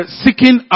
seeking